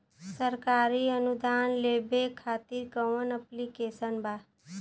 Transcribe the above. सरकारी अनुदान लेबे खातिर कवन ऐप्लिकेशन बा?